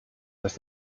dass